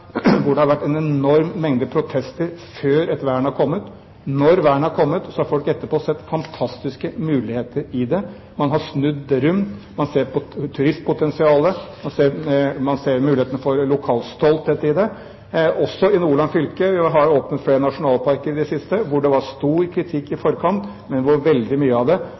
hvor det har vært en enorm mengde protester før et vern har kommet. Men når vernet har kommet, har folk etterpå sett fantastiske muligheter. Man snur rundt, man ser turistpotensial, og man får en lokal stolthet. Slik var det også i Nordland fylke, hvor vi har åpnet flere nasjonalparker i det siste, hvor det var stor kritikk i forkant, men hvor veldig mye av det